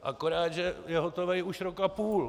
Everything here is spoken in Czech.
Akorát, že je hotovej už rok a půl!